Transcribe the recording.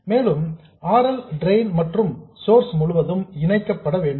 மேலும் R L drain மற்றும் source முழுவதும் இணைக்கப்பட வேண்டும்